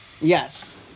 Yes